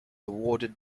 awarded